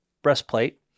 breastplate